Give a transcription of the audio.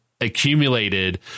accumulated